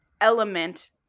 element